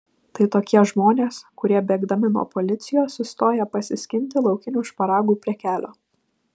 tai tokie žmonės kurie bėgdami nuo policijos sustoja pasiskinti laukinių šparagų prie kelio